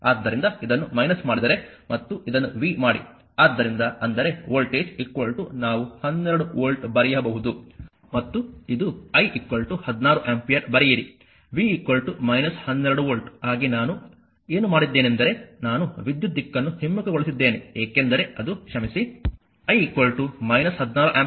ಆದ್ದರಿಂದ ಇದನ್ನು ಮಾಡಿದರೆ ಮತ್ತು ಇದನ್ನು v ಮಾಡಿ ಆದ್ದರಿಂದ ಅಂದರೆ ವೋಲ್ಟೇಜ್ ನಾವು 12 ವೋಲ್ಟ್ ಬರೆಯಬಹುದು ಮತ್ತು ಇದು I 16 ಆಂಪಿಯರ್ ಬರೆಯಿರಿ v 12 ವೋಲ್ಟ್ ಆಗಿ ನಾನು ಏನು ಮಾಡಿದ್ದೇನೆಂದರೆ ನಾನು ವಿದ್ಯುತ್ ದಿಕ್ಕನ್ನು ಹಿಮ್ಮುಖಗೊಳಿಸಿದ್ದೇನೆ ಏಕೆಂದರೆ ಅದು ಕ್ಷಮಿಸಿ I 16 ಆಂಪಿಯರ್